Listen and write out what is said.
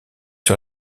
sur